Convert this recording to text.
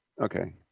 Okay